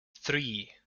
three